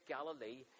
Galilee